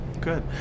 Good